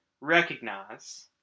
recognize